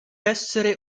essere